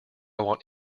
want